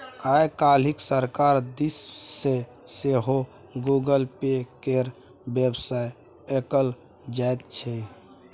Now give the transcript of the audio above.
आय काल्हि सरकार दिस सँ सेहो गूगल पे केर बेबहार कएल जाइत छै